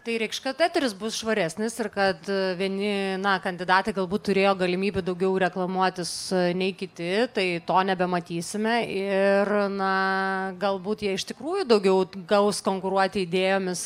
tai reikš kad eteris bus švaresnis ir kad vieni na kandidatai galbūt turėjo galimybių daugiau reklamuotis nei kiti tai to nebematysime ir na galbūt jie iš tikrųjų daugiau gaus konkuruoti idėjomis